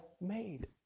made